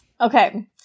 okay